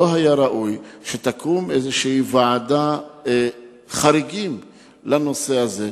לא היה ראוי שתקום איזו ועדת חריגים לנושא הזה,